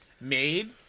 made